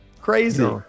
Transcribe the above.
Crazy